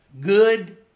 good